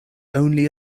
only